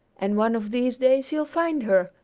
and one of these days you'll find her.